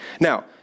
Now